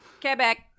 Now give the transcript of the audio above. Quebec